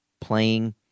playing